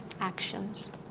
actions